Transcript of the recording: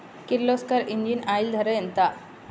Kirloskar engine oil ధర ఎంత?